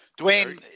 Dwayne